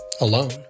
Alone